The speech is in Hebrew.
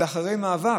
זה אחרי מאבק,